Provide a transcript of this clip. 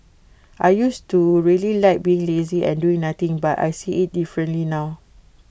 I used to really like being lazy and doing nothing but I see IT differently now